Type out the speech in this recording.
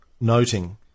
noting